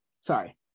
sorry